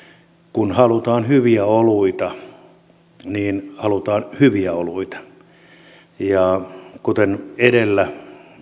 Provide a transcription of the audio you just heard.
kun halutaan hyviä oluita niin halutaan hyviä oluita ja kuten edellä